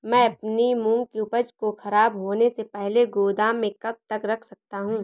मैं अपनी मूंग की उपज को ख़राब होने से पहले गोदाम में कब तक रख सकता हूँ?